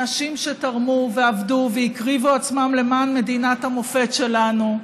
אנשים שתרמו ועבדו והקריבו עצמם למען מדינת המופת שלנו,